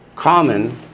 Common